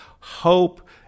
hope